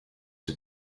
the